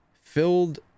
filled